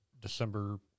December